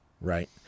right